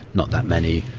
not that many.